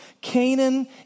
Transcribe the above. Canaan